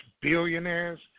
billionaires